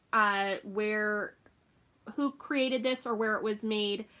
ah where who created this or where it was made,